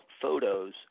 photos